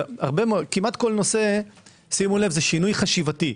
כמעט כל נושא זה שינוי חשיבתי.